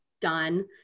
done